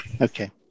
Okay